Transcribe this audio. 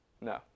No